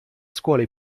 scuole